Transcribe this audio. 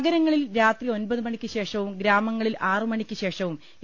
നഗരങ്ങളിൽ രാത്രി ഒമ്പത് മണിയ്ക്ക് ശേഷവും ഗ്രാമങ്ങളിൽ ആറ് മണിയ്ക്ക് ശേഷവും എ